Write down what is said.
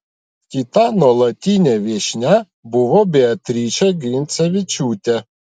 kita nuolatinė viešnia buvo beatričė grincevičiūtė